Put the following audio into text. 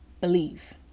believe